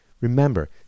Remember